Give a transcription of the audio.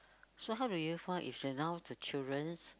so how do you find is the now the children's